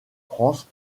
france